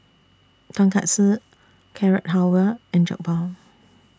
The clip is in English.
Tonkatsu Carrot Halwa and Jokbal